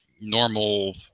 normal